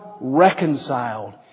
reconciled